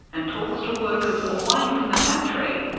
and talks to workers away from the factory,